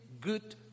good